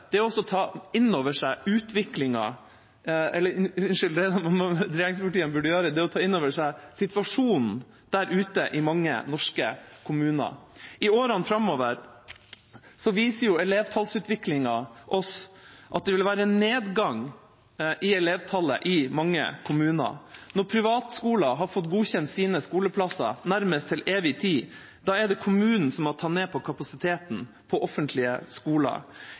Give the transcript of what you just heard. å ta inn over seg situasjonen der ute i mange norske kommuner. Elevtallsutviklingen viser oss at det i årene framover vil være nedgang i elevtallet i mange kommuner. Når privatskoler har fått godkjent sine skoleplasser nærmest til evig tid, er det kommunen som må ta ned kapasiteten ved offentlige skoler.